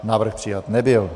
Návrh přijat nebyl.